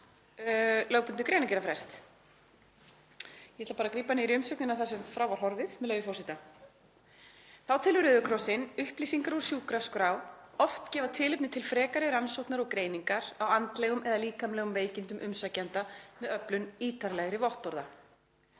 lögbundinn greinargerðarfrest. Ég ætla að grípa niður í umsögnina þar sem frá var horfið, með leyfi forseta: „Þá telur Rauði krossinn upplýsingar úr sjúkraskrá oft gefa tilefni til frekari rannsóknar og greiningar á andlegum eða líkamlegum veikindum umsækjenda með öflun ítarlegri vottorða.